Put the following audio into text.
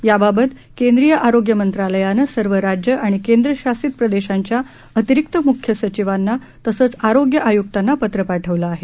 याबाबत केंद्रीय आरोग्य मंत्रालयानं सर्व राज्यं आणि केंद्र शासित प्रदेशांच्या अतिरिक्त म्ख्य सचिवांना तसंच आरोग्य आयुक्तांना पत्र पाठवलं आहे